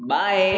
बाए